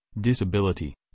disability